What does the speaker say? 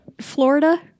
Florida